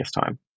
time